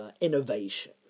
innovation